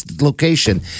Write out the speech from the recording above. location